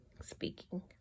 speaking